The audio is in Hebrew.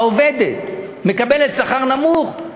העובדת מקבלת שכר נמוך,